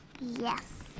Yes